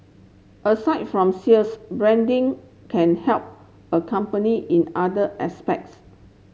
aside from sales branding can help a company in other aspects